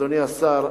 אדוני השר,